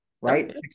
right